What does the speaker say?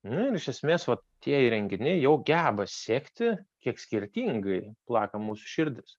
nu ir iš esmės vat tie įrenginiai jau geba sekti kiek skirtingai plaka mūsų širdis